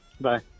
Bye